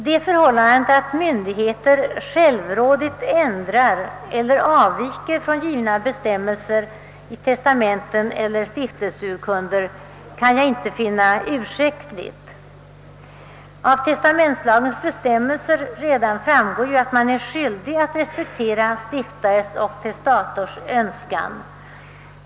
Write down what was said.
Det förhållandet att myndigheter självrådigt ändrar eller avviker från givna bestämmelser i testamenten eller stiftelseurkunder kan jag inte finna ursäktligt. Redan av testamentslagens bestämmelser framgår att man är skyldig respektera stiftares och testators önskan.